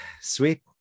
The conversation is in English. sweet